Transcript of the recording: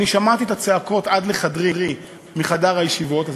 אני שמעתי את הצעקות מחדר הישיבות עד לחדרי,